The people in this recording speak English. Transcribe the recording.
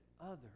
others